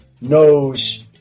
knows